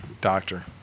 doctor